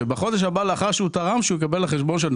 שבחודש הבא לאחר שהוא תרם שהוא יקבל לחשבון שלו,